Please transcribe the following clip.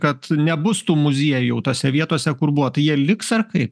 kad nebus tų muziejų jau tose vietose kur buvo tai jie liks ar kaip